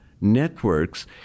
networks